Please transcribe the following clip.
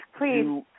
Please